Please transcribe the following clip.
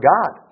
God